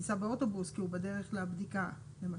ייסע באוטובוס כי הוא בדרך לבדיקה, למשל.